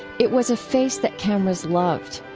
it was a face that cameras loved.